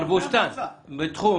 מר בוסתן, בתחום